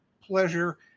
pleasure